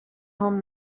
home